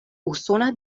usona